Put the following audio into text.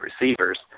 receivers